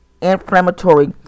inflammatory